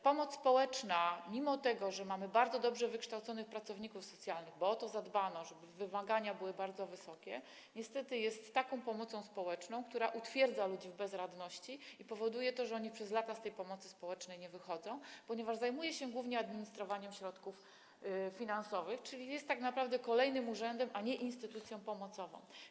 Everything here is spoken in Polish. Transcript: Pomoc społeczna, mimo że mamy bardzo dobrze wykształconych pracowników socjalnych, bo o to zadbano, żeby wymagania były bardzo wysokie, niestety jest taką pomocą, która utwierdza ludzi w bezradności i powoduje, że oni przez lata z tej pomocy społecznej nie wychodzą, ponieważ zajmuje się ona głównie administrowaniem środków finansowych, czyli jest tak naprawdę kolejnym urzędem, a nie instytucją pomocową.